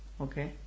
Okay